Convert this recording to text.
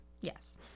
Yes